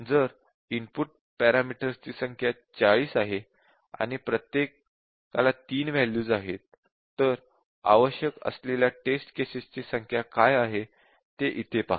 जर input parameters ची संख्या 40 आहे आणि प्रत्येकाला 3 वॅल्यूज आहेत तर आवश्यक असलेल्या टेस्ट केसेस ची संख्या काय आहे ते इथे पहा